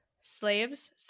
slaves